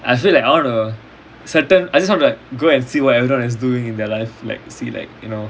I feel like I want to sometime I just want to go and see what everyone is doing in their life like see like you know